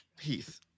Heath